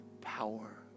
power